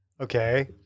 Okay